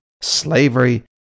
slavery